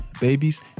babies